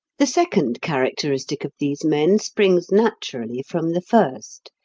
the second characteristic of these men springs naturally from the first.